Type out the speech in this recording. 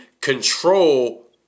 control